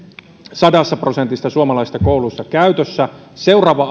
sadassa prosentissa suomalaisista kouluista käytössä seuraavan